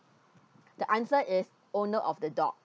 the answer is owner of the dog